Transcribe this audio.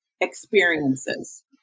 experiences